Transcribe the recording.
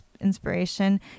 inspiration